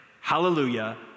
Hallelujah